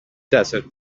desert